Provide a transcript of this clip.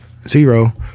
Zero